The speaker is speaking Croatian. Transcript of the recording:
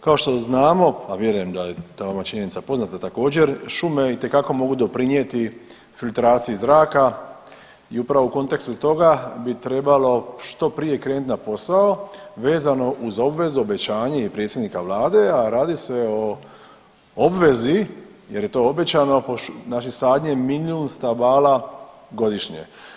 Kao što znamo, a vjerujem da vam je ova činjenica poznata također šume itekako mogu doprinijeti filtraciji zraka i upravo u kontekstu toga bi trebalo što prije krenuti na posao vezano uz obvezu, obećanje i predsjednika Vlade, a radi se o obvezi jer je to obećano, znači sadnje milijun stabala godišnje.